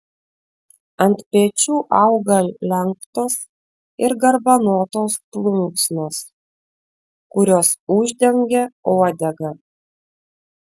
ant pečių auga lenktos ir garbanotos plunksnos kurios uždengia uodegą